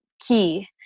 key